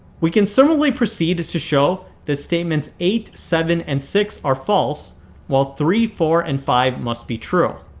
we can similarly proceed to show that statements eight, seven, and six are false while three, four, and, five must be true.